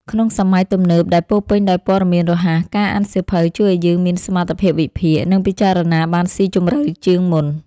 ក្នុងសម័យទំនើបដែលពោរពេញដោយព័ត៌មានរហ័ស ការអានសៀវភៅជួយឱ្យយើងមានសមត្ថភាពវិភាគ និងពិចារណាបានស៊ីជម្រៅជាងមុន។